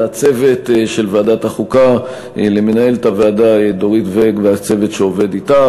לצוות של ועדת החוקה: למנהלת הוועדה דורית ואג והצוות שעובד אתה,